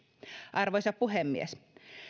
arvoisa puhemies